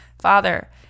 father